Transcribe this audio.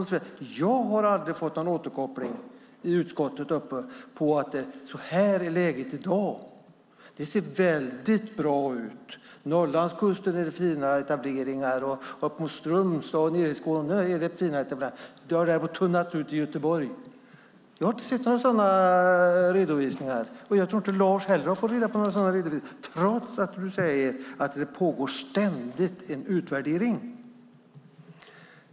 Jag har i utskottet aldrig fått någon återkoppling till hur läget är i dag av typen: Det ser bra ut. Längs Norrlandskusten, i Strömstad och i Skåne är det fina etableringar. Däremot har det tunnat ut i Göteborg. Jag har inte sett några sådana redovisningar. Jag tror inte att Lars heller har gjort det, trots att han säger att det ständigt pågår en utvärdering.